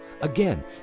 Again